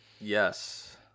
Yes